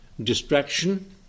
distraction